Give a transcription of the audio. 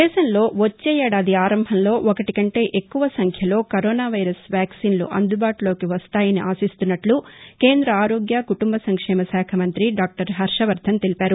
దేశంలో వచ్చే ఏడాది ఆరంభంలో ఒకటి కంటే ఎక్కువ సంఖ్యలో కరోనా వైరస్ వ్యాక్సిన్లు అందుబాటులోకి వస్తాయని ఆశిస్తున్నట్లు కేంద్ర ఆరోగ్య కుటుంబ సంక్షేమ శాఖ మంతి డాక్టర్ హర్షవర్దన్ తెలిపారు